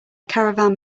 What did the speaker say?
caravan